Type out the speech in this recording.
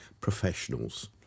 professionals